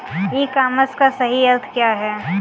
ई commerce का सही अर्थ क्या है?